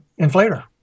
inflator